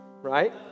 Right